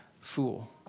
fool